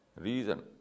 reason